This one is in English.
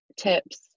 tips